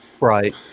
Right